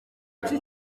iki